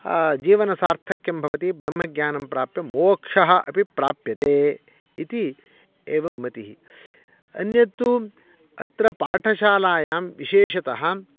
जीवनसार्थक्यं भवति ब्रह्मज्ञानं प्राप्य मोक्षः अपि प्राप्यते इति एवं मतिः अन्यत्तु अत्र पाठशालायां विशेषतः